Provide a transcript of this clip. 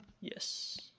Yes